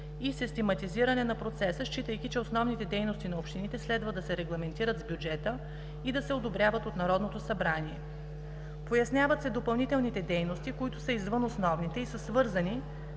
и систематизиране на процеса, считайки, че основните дейности на общините следва да се регламентират с бюджета и да се одобряват от Народното събрание. Поясняват се допълнителните дейности, които са извън основните и са свързани